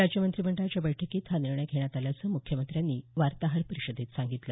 राज्य मंत्रिमंडळाच्या बैठकीत हा निर्णय घेण्यात आल्याचं मुख्यमंत्र्यांनी वार्ताहर परिषदेत सांगितलं